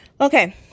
Okay